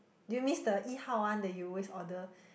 do you miss the Yi-Hao one that you always order